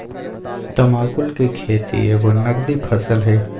तमाकुल कें खेति एगो नगदी फसल हइ